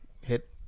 hit